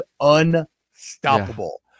unstoppable